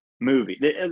movie